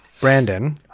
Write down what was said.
brandon